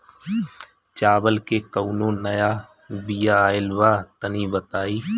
चावल के कउनो नया बिया आइल बा तनि बताइ?